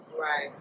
Right